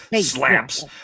slaps